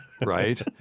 right